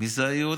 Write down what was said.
מי זה היהודי.